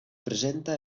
presenta